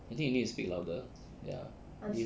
I think you need to speak louder ya